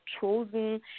chosen